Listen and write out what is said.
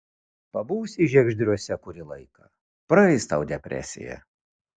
pabūsi žiegždriuose kurį laiką praeis tau depresija